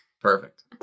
Perfect